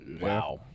Wow